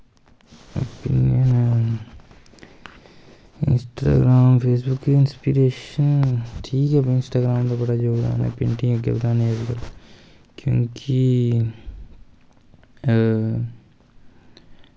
में Instagram Facebook दी inspiration ठीक ऐ बड़ा जादा पेंटिंग गी अग्गैं बधाना चाही दा क्योंकि